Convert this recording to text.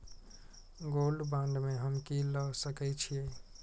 Gold bond में हम की ल सकै छियै?